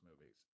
movies